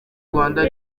rwanda